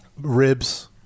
Ribs